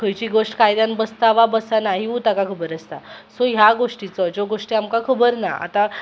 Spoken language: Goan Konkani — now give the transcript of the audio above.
खंयची गोश्ट कायद्यान बसता वा बसना हिवूय तेका खबर आसता सो ह्या गोश्टीचो ज्यो गोश्टी आमकां खबर ना आतां